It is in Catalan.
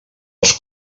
els